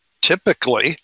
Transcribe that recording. typically